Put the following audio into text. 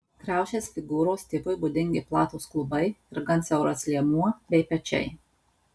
kriaušės figūros tipui būdingi platūs klubai ir gan siauras liemuo bei pečiai